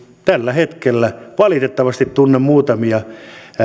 tällä hetkellä valitettavasti tunnen muutamia